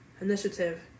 initiative